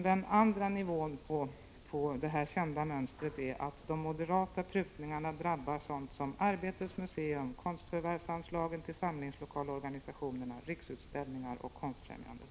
Den andra nivån på detta kända mönster är att de moderata prutningarna drabbar sådant som Arbetets museum, konstförvärvsanslaget till samlingslokalorganisationerna, Riksutställningar och Konstfrämjandet.